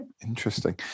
Interesting